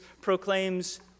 proclaims